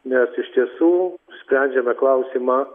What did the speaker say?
nes iš tiesų sprendžiame klausimą